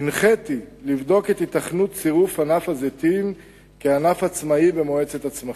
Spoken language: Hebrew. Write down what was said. הנחיתי לבדוק את היתכנות צירוף ענף הזיתים כענף עצמאי במועצת הצמחים,